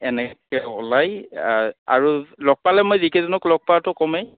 এনেকৈ ওলাই আৰু লগ পালে মই যিকেইজনক লগ পোৱাটো কমেই